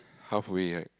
half away right